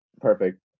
Perfect